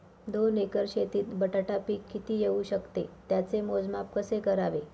दोन एकर शेतीत बटाटा पीक किती येवू शकते? त्याचे मोजमाप कसे करावे?